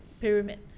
pyramid